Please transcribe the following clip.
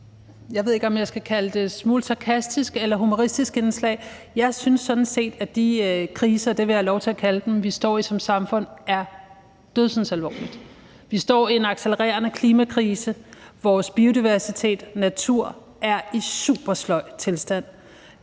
jeg ved ikke, om jeg skal kalde det en smule sarkastisk eller humoristisk indslag. Jeg synes sådan set, at de kriser, som jeg vil have lov til at kalde dem, vi står i som samfund, er dødsensalvorlige. Vi står i en accelererende klimakrise, vores biodiversitet og natur er i supersløj tilstand.